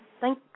Thank